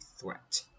threat